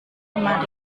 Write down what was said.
kemarin